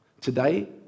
Today